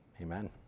Amen